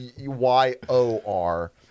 Y-O-R